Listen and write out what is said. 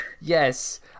yes